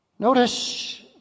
Notice